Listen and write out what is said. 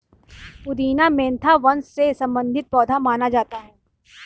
पुदीना मेंथा वंश से संबंधित पौधा माना जाता है